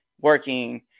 working